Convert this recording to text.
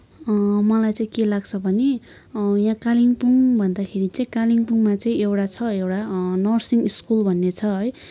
मलाई चाहिँ के लाग्छ भने यहाँ कालिम्पोङ भन्दाखेरि चाहिँ कालिम्पोङमा चाहिँ एउटा छ एउटा नर्सिङ स्कुल भन्ने छ है